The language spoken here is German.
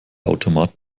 automat